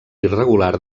irregular